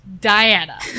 Diana